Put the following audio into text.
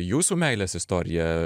jūsų meilės istorija